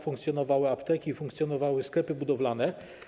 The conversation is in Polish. Funkcjonowały apteki, funkcjonowały sklepy budowlane.